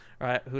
right